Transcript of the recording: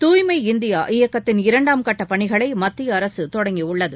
தூய்மை இந்தியா இயக்கத்தின் இரண்டாம் கட்ட பணிகளை மத்திய அரசு தொடங்கியுள்ளது